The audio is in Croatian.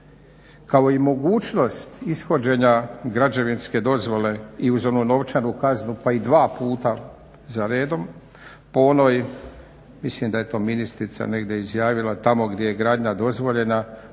kao i mogućnost ishođenja građevinske dozvole i uz onu novčanu kaznu pa i dva puta za redom po onoj mislim da je to ministrica negdje izjavila tamo gdje je gradnja dozvoljena